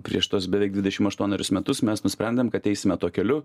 prieš tuos beveik dvidešimt aštuonerius metus mes nusprendėm kad eisime tuo keliu